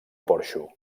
porxo